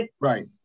Right